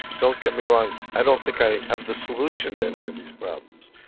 don't get me wrong, i don't think i have the solution to any of these problems,